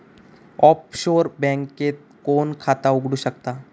Offshore बँकेत कोण खाता उघडु शकता?